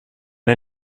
der